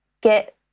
get